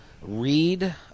read